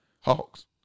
Hawks